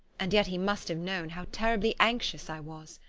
and yet he must have known how terribly anxious i was.